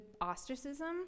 ostracism